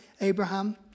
Abraham